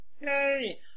Yay